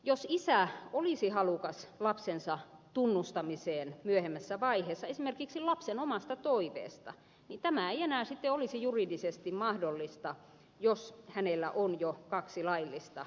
jos isä olisi halukas lapsensa tunnustamiseen myöhemmässä vaiheessa esimerkiksi lapsen omasta toiveesta niin tämä ei enää sitten olisi juridisesti mahdollista jos hänellä on jo kaksi laillista äitiä